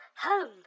home